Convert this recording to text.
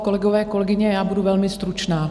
Kolegové, kolegyně, budu velmi stručná.